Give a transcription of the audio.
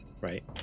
Right